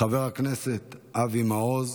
חבר הכנסת אבי מעוז,